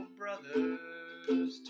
brothers